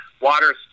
water